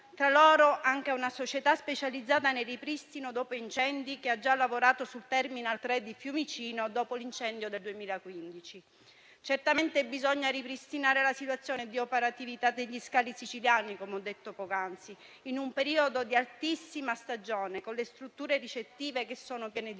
Tra loro c'è anche una società specializzata nel ripristino dopo incendi, che ha già lavorato sul *terminal* 3 di Fiumicino, dopo l'incendio del 2015. Certamente bisogna ripristinare la situazione di operatività degli scali siciliani, come ho detto poc'anzi, in un periodo di altissima stagione, con le strutture ricettive che sono piene di turisti.